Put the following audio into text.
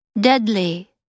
Deadly